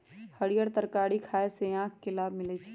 हरीयर तरकारी खाय से आँख के लाभ मिलइ छै